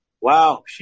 wow